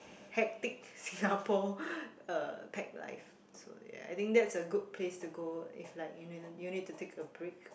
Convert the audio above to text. hectic Singapore uh tech life so ya I think that's a good place to go if like you need you need to a take a break